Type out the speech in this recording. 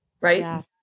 right